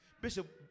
Bishop